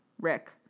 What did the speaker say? Rick